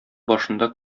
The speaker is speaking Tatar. башында